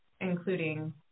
including